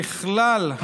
ככלל,